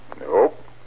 Nope